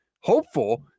hopeful